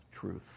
truth